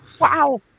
Wow